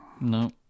No